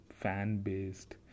fan-based